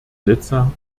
nizza